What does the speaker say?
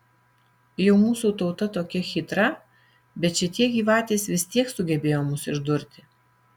jau mūsų tauta tokia chytra bet šitie gyvatės vis tiek sugebėjo mus išdurti